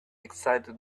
excited